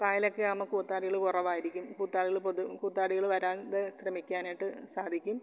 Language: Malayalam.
പായലൊക്കെയാകുമ്പോൾ കൂത്താടികൾ കുറവായിരിക്കും കൂത്താടികൾ പൊതു കൂത്താടികൾ വരാതെ ശ്രമിക്കാനായിട്ട് സാധിക്കും